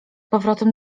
powrotem